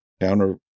counter